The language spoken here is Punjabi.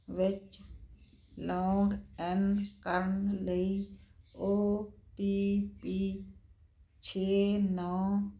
ਵਿੱਚ ਲੋਗਇੰਨ ਕਰਨ ਲਈ ਓ ਪੀ ਟੀ ਛੇ ਨੌਂ